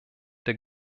der